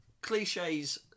cliches